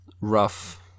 rough